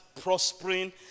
prospering